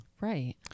Right